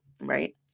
right